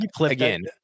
again